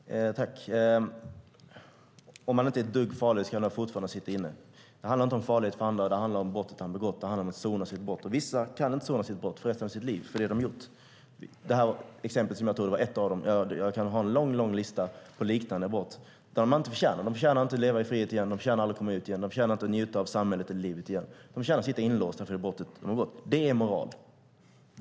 Herr talman! Även om en person inte är ett dugg farlig kan han fortfarande sitta inne. Det handlar inte om farlighet för andra; det handlar om brottet han har begått och om att sona det. Vissa kan aldrig sona sitt brott. Exemplet som jag tog var ett av dem. Jag har en lång, lång lista på liknande brott. De förtjänar inte att leva i frihet igen, de förtjänar inte att komma ut igen, de förtjänar inte att njuta av samhället eller livet igen. De förtjänar att sitta inlåsta för det brott de har begått. Det är moral.